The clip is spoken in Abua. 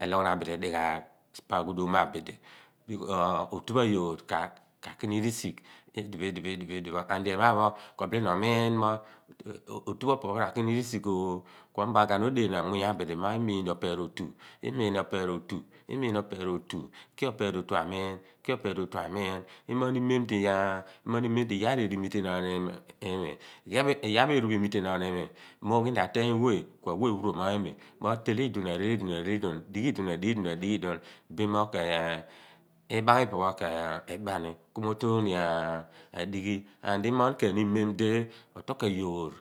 elogho naan bidi dighaagh pa aghuudum mo abidi po otu pho ayoor ka kini risigh idipho, idipho idipho anfd ema pho kobilenio miin mo otu ho opo pho rakini risigh ooh kuo maghan odeenaan muny abidi mo imiin opeer otu imiin opeer otu imiin opeer otu imoogh ni meeni ai iyaar eru imiteen naan imi iyaar pho ephen imiteenaan bo imi miughi ni ateeny weh a weh uroma imi mo tele iduon arele iduon adighi iduon adighi iduon adighi iduon bin mo libaghami phi pe pho ke dua ni kumi utuugh ni adighi and imoogh keeni memdi otokaa yoor